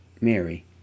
Mary